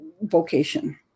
vocation